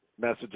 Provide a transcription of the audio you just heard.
message